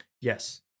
Yes